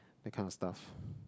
that kind of stuff